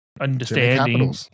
understanding